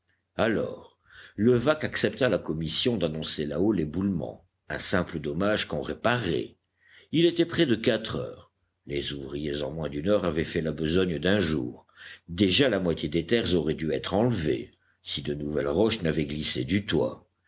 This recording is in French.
alors levaque accepta la commission d'annoncer là-haut l'éboulement un simple dommage qu'on réparait il était près de quatre heures les ouvriers en moins d'une heure avaient fait la besogne d'un jour déjà la moitié des terres auraient dû être enlevées si de nouvelles roches n'avaient glissé du toit